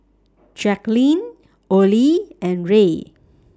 Jacquline Olie and Rae